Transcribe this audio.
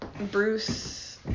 bruce